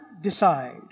decide